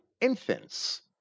infants